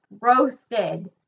roasted